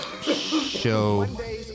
show